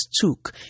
took